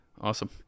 Awesome